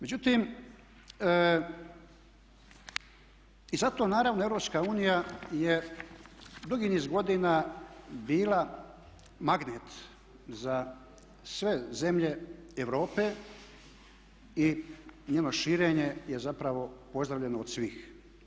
Međutim i zato naravno Europska unija je dugi niz godina bila magnet za sve zemlje Europe i njeno širenje je zapravo pozdravljeno od svih.